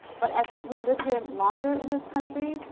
but as we live here longer in this country,